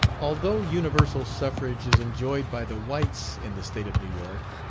although universal suffrage is enjoyed by the whites in the state of new york,